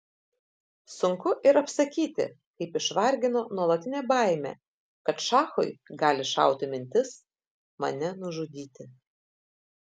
sunku ir apsakyti kaip išvargino nuolatinė baimė kad šachui gali šauti mintis mane nužudyti